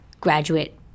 graduate